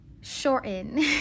shorten